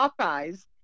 Popeye's